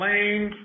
Lane